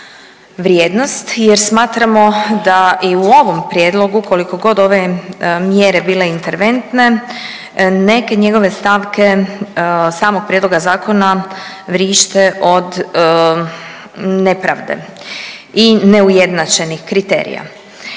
o PDV-u jer smatramo da i u ovom prijedlogu koliko god ove mjere bile interventne neke njegove stavke samog prijedloga zakona vrište od nepravde i neujednačenih kriterija.